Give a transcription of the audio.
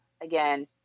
again